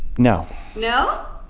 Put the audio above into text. no no?